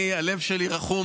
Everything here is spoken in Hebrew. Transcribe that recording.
הלב שלי רחום,